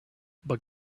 but